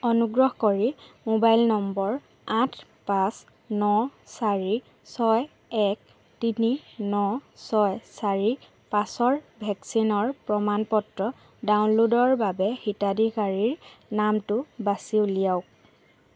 অনুগ্ৰহ কৰি mobile number আঠ পাঁচ ন চাৰি ছয় এক তিনি ন ছয় চাৰি পাঁচৰ ভেকচিনৰ প্ৰমাণ পত্ৰ ডাউনলোডৰ বাবে হিতাধিকাৰীৰ নামটো বাচি উলিয়াওক